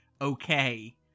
Okay